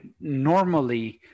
normally